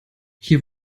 hier